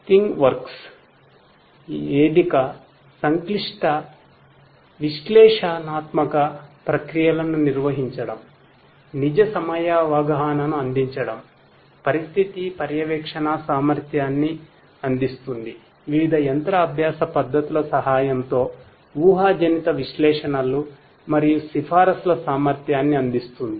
thing works వేదిక సంక్లిష్ట విశ్లేషణాత్మక ప్రక్రియలను నిర్వహించడం నిజ సమయ అవగాహనను అందించడం పరిస్థితి పర్యవేక్షణ సామర్థ్యాన్ని అందిస్తుంది వివిధ యంత్ర అభ్యాస పద్ధతుల సహాయంతో ఊహాజనిత విశ్లేషణలు మరియు సిఫార్సుల సామర్థ్యాన్ని అందిస్తుంది